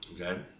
okay